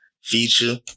feature